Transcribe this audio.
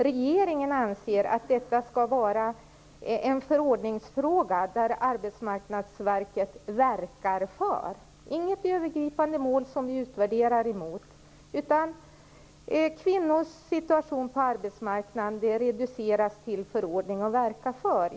Regeringen anser att detta skall vara en förordningsfråga där Arbetsmarknadsverket "verkar för" - inget övergripande mål som vi utvärderar mot, utan kvinnors situation på arbetsmarknaden reduceras till förordning och "verka för".